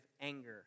anger